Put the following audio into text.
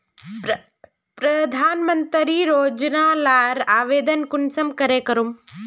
प्रधानमंत्री योजना लार आवेदन कुंसम करे करूम?